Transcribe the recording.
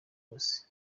yose